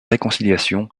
réconciliation